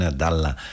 dalla